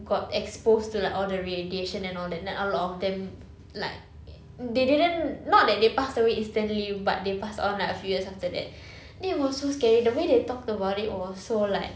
got exposed to like all the radiation and all that then a lot of them like they didn't not that they passed away instantly but they passed on like a few years after that then it was so scary the way they talked about it so like